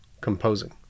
composing